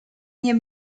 nie